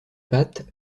pattes